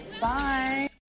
Bye